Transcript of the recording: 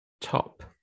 top